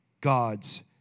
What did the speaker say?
God's